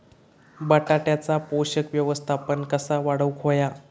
बटाट्याचा पोषक व्यवस्थापन कसा वाढवुक होया?